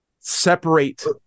separate